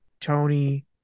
Tony